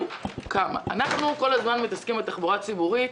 אנחנו כל הזמן מתעסקים בתחבורה ציבורית,